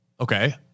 Okay